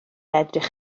edrych